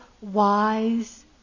wise